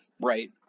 right